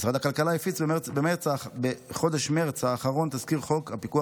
משרד הכלכלה הפיץ במרץ האחרון את תזכיר חוק הפיקוח